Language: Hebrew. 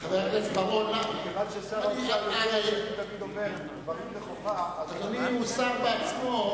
אבל השר ברוורמן הוא לא שר קוטל קנים ואני מזמין את המציע מטעם קדימה,